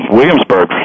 Williamsburg